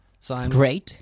great